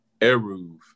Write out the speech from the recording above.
Eruv